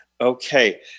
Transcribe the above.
Okay